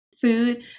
food